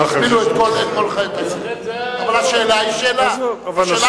אבל השאלה היא שאלה.